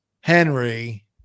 Henry